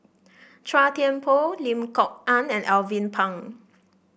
Chua Thian Poh Lim Kok Ann and Alvin Pang